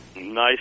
nice